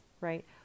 right